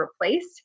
replaced